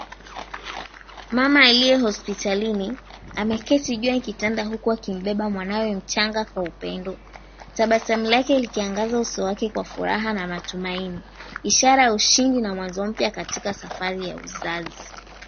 Mama aliye hospitalini ameketi juu ya kitanda huku akimbeba mwanawe mchanga kwa upendo. Tabasamu lake likiangaza uso wake kwa furaha na matumaini, ishara ya ushindi na mwanzo mpya katika safari ya uzazi.